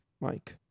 Mike